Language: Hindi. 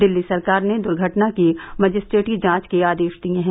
दिल्ली सरकार ने दुर्घटना की मजिस्ट्रेटी जांच के आदेश दिए हैं